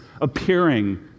appearing